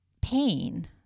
pain